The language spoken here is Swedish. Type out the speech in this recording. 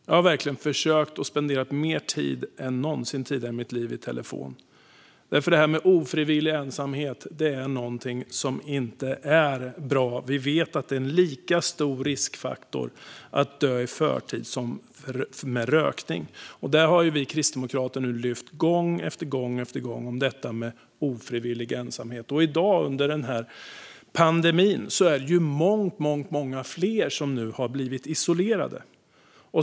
Jag har verkligen försökt spendera mer tid i telefon än någonsin tidigare i mitt liv, för ofrivillig ensamhet är någonting som inte är bra. Vi vet att det är en lika stor riskfaktor för att dö i förtid som rökning. Vi kristdemokrater har gång efter gång lyft fram detta med ofrivillig ensamhet. Nu under pandemin är det många fler som har blivit isolerade.